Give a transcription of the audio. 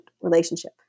relationship